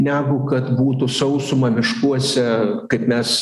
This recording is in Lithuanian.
negu kad būtų sausuma miškuose kaip mes